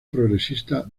progresista